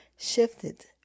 shifted